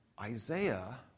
Isaiah